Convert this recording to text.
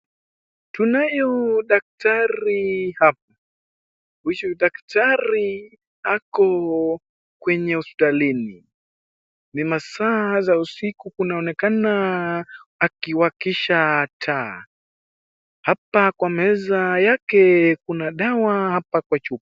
Tunayo daktari hapa, huyu daktari ako kwenye hospitalini ni masaa za usiku kunaonekana akiwakisha taa. Hapa kwa meza yake kuna dawa hapa kwa chupa.